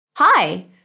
Hi